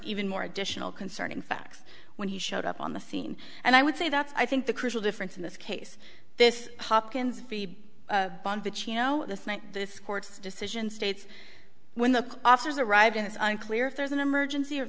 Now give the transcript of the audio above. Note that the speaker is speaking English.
even more additional concerning facts when he showed up on the scene and i would say that i think the crucial difference in this case this hopkins be the chino this court's decision states when the officers arrived and it's unclear if there's an emergency or